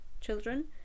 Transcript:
children